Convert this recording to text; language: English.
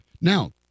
Now